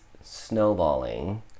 snowballing